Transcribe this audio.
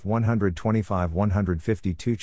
125/152